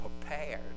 prepared